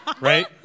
right